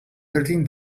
thirteen